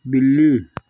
बिल्ली